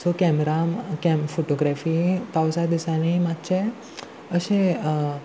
so camera cam photography पावसा दिसांनी मातशे अशें